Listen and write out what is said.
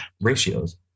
ratios